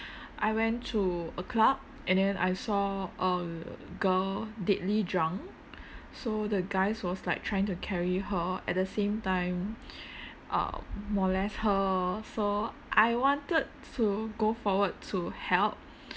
I went to a club and then I saw a girl deadly drunk so the guys was like trying to carry her at the same time uh molest her so I wanted to go forward to help